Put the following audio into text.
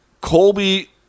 Colby